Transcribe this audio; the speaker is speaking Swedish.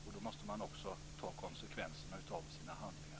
Då måste man också ta konsekvenserna av sina handlingar.